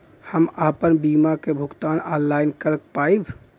हम आपन बीमा क भुगतान ऑनलाइन कर पाईब?